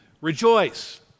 rejoice